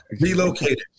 Relocated